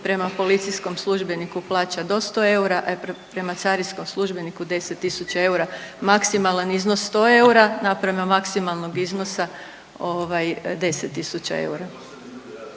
prema policijskom službeniku plaća do 100 eura, a prema carinskom službeniku 10.000 eura. Maksimalan iznos 100 eura naprema maksimalnog iznosa ovaj 10.000 eura.